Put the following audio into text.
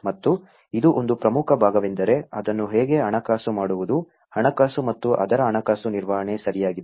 ಮತ್ತು ಇದು ಒಂದು ಪ್ರಮುಖ ಭಾಗವೆಂದರೆ ಅದನ್ನು ಹೇಗೆ ಹಣಕಾಸು ಮಾಡುವುದು ಹಣಕಾಸು ಮತ್ತು ಅದರ ಹಣಕಾಸು ನಿರ್ವಹಣೆ ಸರಿಯಾಗಿದೆ